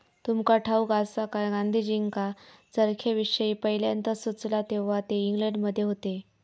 तुमका ठाऊक आसा काय, गांधीजींका चरख्याविषयी पयल्यांदा सुचला तेव्हा ते इंग्लंडमध्ये होते